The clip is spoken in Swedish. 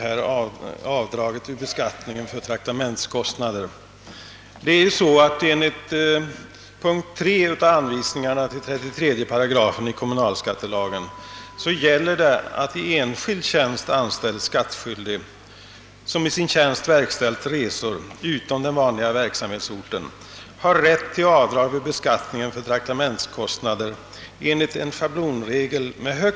Herr talman! Jag vill också säga några ord om avdraget vid beskattningen av traktamentskostnader.